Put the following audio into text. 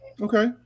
Okay